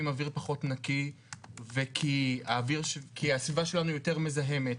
אוויר פחות נקי כי הסביבה שלנו יותר מזהמת,